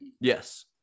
Yes